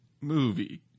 Movie